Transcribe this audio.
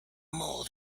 more